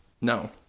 no